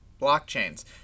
blockchains